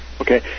Okay